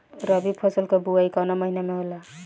रबी फसल क बुवाई कवना महीना में होला?